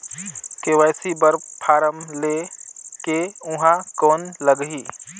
KYC बर form ले के ऊहां कौन लगही?